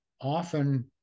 often